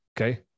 Okay